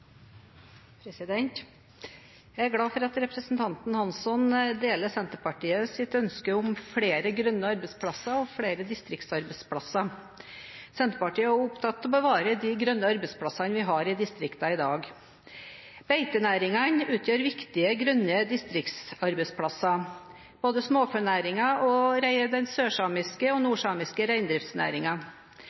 glad for at representanten Hansson deler Senterpartiets ønske om flere grønne arbeidsplasser og flere distriktsarbeidsplasser. Senterpartiet er opptatt av å bevare de grønne arbeidsplassene vi har i distriktene i dag. Beitenæringen utgjør viktige grønne distriktsarbeidsplasser, både småfenæringen og den sørsamiske og nordsamiske